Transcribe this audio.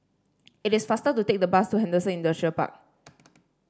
it is faster to take the bus to Henderson Industrial Park